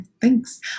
Thanks